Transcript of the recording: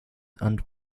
and